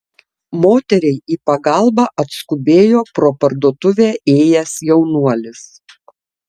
moteriai į pagalbą atskubėjo pro parduotuvę ėjęs jaunuolis